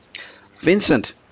Vincent